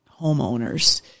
homeowners